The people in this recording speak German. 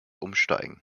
umsteigen